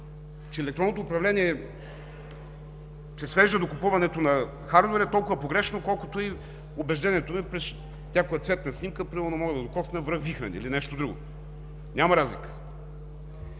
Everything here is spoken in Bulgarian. че електронното управление се свежда до купуването на хардуер е толкова погрешно, колкото и убеждението, че някоя цветна снимка примерно може да докосне връх Вихрен или нещо друго. Няма разлика.